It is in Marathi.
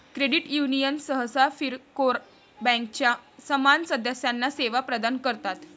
क्रेडिट युनियन सहसा किरकोळ बँकांच्या समान सदस्यांना सेवा प्रदान करतात